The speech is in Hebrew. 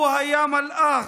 הוא היה מלאך,